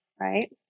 right